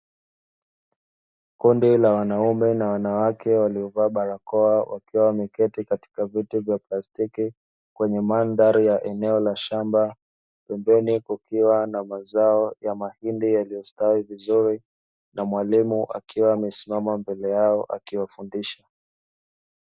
Kundi la wanaume na wanawake waliovaa barakoa, wakiwa wameketi katika viti vya plastiki kwenye mandhari ya eneo la shamba, pembeni kukiwa mazao ya mahindi yaliyostawi vizuri, na mwalimu akiwa amesimama mbele yao akiwafundisha.